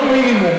לא מינימום,